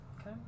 Okay